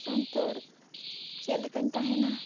ᱥᱚᱱᱛᱚᱨ ᱪᱮᱫ ᱞᱮᱠᱟᱹᱧ ᱛᱟᱦᱮᱸᱱᱟ